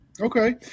Okay